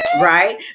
right